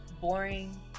boring